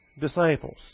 disciples